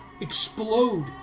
explode